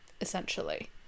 essentially